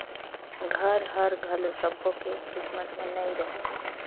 घर हर घलो सब्बो के किस्मत में नइ रहें